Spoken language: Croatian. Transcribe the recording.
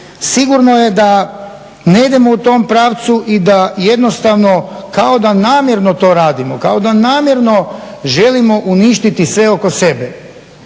sigurno je da ne idemo u tom pravcu i da jednostavno kao da namjerno to radimo, kao da namjerno želimo uništiti sve oko sebe.